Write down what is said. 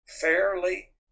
fairly